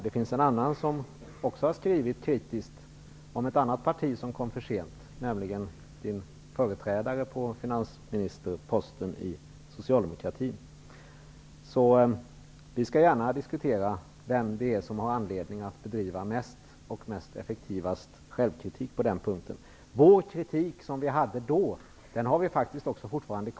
Det finns en annan person som har skrivit kritiskt om ett annat parti som kom för sent, nämligen Allan Larssons företrädare inom socialdemokratin på finansministerposten. Vi skall gärna diskutera vem som har anledning att bedriva mest självkritik på den punkten. Den kritik vi förde fram då kvarstår.